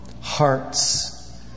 hearts